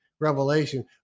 revelation